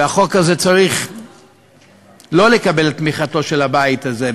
והחוק הזה צריך לא לקבל את תמיכתו של הבית הזה,